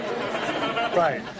Right